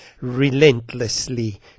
relentlessly